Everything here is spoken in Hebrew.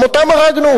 גם אותם הרגנו.